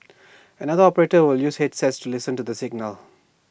another operator will use headsets to listen for the signal